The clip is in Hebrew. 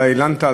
אתה הלנת,